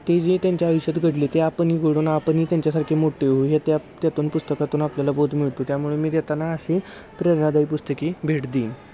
ते जे त्यांच्या आयुष्यात घडली ते आपणही घडून आपनही त्यांच्यासारखे मोठे होऊ हे त्यातून पुस्तकातून आपल्याला बोध मिळतो त्यामुळे मी त्या त्यांना अशी प्रेरणादायी पुस्तके भेट देईन